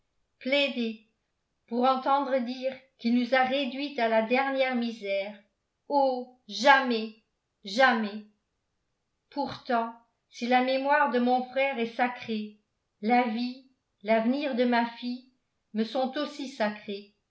pour entendre dire qu'il nous a réduites à la dernière misère oh jamais jamais pourtant si la mémoire de mon frère est sacrée la vie l'avenir de ma fille me sont aussi sacrés